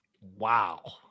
Wow